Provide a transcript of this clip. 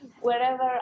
wherever